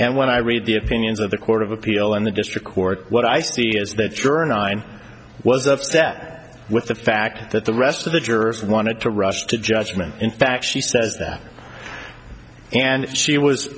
and when i read the opinions of the court of appeal in the district court what i see is that sure nine was upset with the fact that the rest of the jurors wanted to rush to judgment in fact she says that and she was